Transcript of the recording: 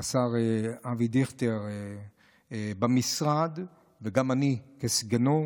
אבי דיכטר במשרד, וגם אני כסגנו,